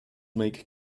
make